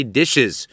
dishes